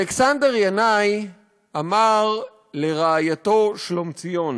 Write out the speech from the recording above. אלכסנדר ינאי אמר לרעייתו שלומציון